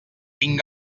tinc